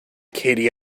katie